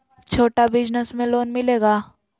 छोटा बिजनस में लोन मिलेगा?